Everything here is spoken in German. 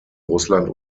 russland